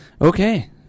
Okay